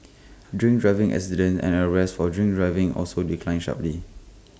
drink driving accidents and arrests for drink driving also declined sharply